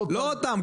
לא אתם.